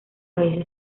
veces